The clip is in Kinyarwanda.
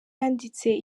yanditse